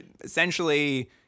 essentially